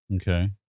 Okay